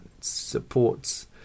supports